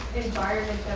environment